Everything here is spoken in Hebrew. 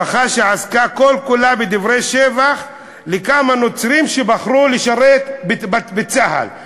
ברכה שעסקה כל-כולה בדברי שבח לכמה נוצרים שבחרו לשרת בצה"ל.